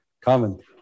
comment